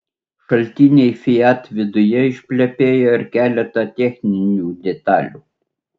šaltiniai fiat viduje išplepėjo ir keletą techninių detalių